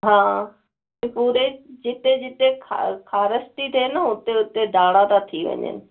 हा त पूरे जिते जिते खा खारस थी थिए न उते उते दाणा था थी वञनि